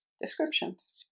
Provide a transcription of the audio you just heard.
descriptions